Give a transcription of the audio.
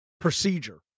procedure